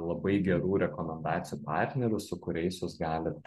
labai gerų rekomendacijų partnerių su kuriais jūs galit